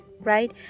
right